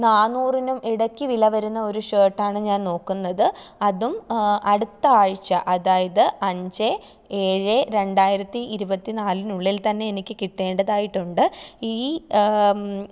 ന്നാനൂറിനും ഇടയ്ക്ക് വില വരുന്ന ഒരു ഷർട്ടാണ് ഞാൻ നോക്കുന്നത് അതും അടുത്താഴ്ച അതായത് അഞ്ച് ഏഴ് രണ്ടായിരത്തി ഇരുപത്തിനാലിനുള്ളിൽ തന്നെ എനിക്ക് കിട്ടേണ്ടതായിട്ടുണ്ട് ഈ